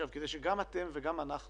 כדי שגם אתם וגם אנחנו